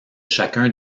chacun